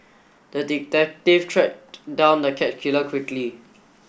the detective tracked down the cat killer quickly